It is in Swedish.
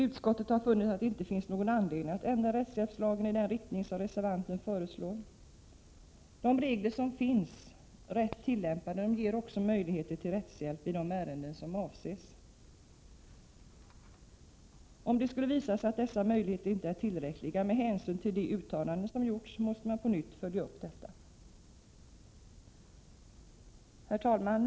Utskottet har funnit att det inte finns någon anledning att ändra rättshjälpslagen i den riktning som reservanterna föreslår. De regler som finns ger — rätt tillämpade — möjligheter till rättshjälp i de ärenden som avses. Om det skulle visa sig att dessa möjligheter inte är tillräckliga med hänsyn till de uttalanden som har gjorts måste man på nytt följa upp detta. Herr talman!